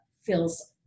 feels